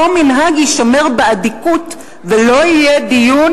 אותו מנהג יישמר באדיקות ולא יהיה דיון